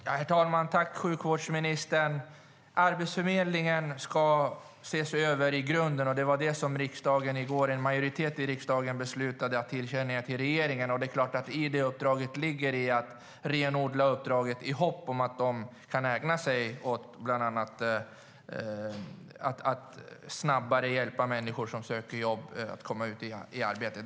Herr talman! Tack, sjukvårdsministern! Arbetsförmedlingen ska ses över i grunden. Det var det som en majoritet i riksdagen i går beslutade att tillkännage till regeringen. I det uppdraget ligger att renodla uppdraget i hopp om att de kan ägna sig åt att bland annat snabbare hjälpa människor som söker jobb att komma ut i arbete.